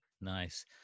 Nice